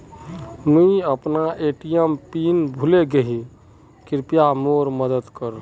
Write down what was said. मुई अपना ATM pin भूले गही कृप्या मदद कर